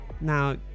now